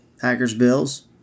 Packers-Bills